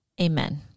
Amen